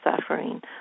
suffering